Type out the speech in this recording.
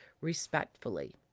respectfully